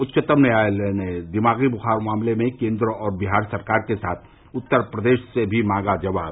उच्चतम न्यायालय ने दिमागी बुखार मामले में केन्द्र और बिहार सरकार के साथ उत्तर प्रदेश से भी मांगा जवाब